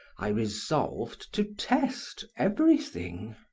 i resolved to test everything.